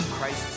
Christ